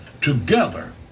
together